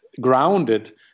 grounded